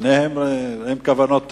שניהם עם כוונות טובות.